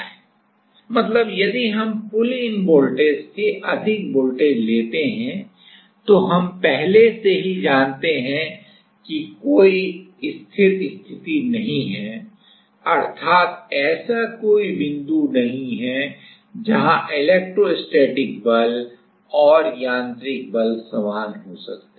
मतलब यदि हम पुल इन वोल्टेज से अधिक वोल्टेज लेते हैं तो हम पहले से ही जानते हैं कि कोई स्थिर स्थिति नहीं है अर्थात ऐसा कोई बिंदु नहीं है जहां इलेक्ट्रोस्टैटिक बल और यांत्रिक बल समान हो सकते हैं